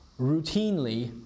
routinely